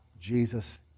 jesus